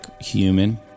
human